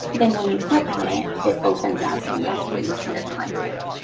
then when you click on it, it opens up. and and that's where you see your content.